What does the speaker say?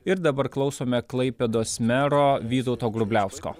ir dabar klausome klaipėdos mero vytauto grubliausko